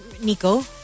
Nico